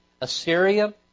Assyria